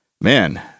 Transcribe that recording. Man